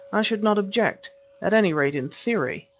i should not object at any rate in theory.